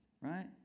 Right